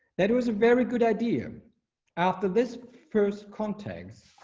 there was a very good idea after this first context.